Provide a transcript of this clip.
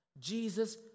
Jesus